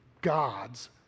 God's